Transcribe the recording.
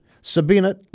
Sabina